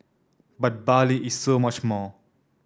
but Bali is so much more